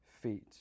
feet